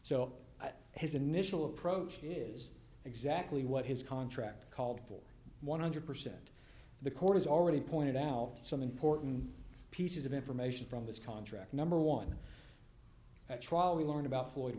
so his initial approach is exactly what his contract called for one hundred percent the court has already pointed out some important pieces of information from this contract number one at trial we learned about floyd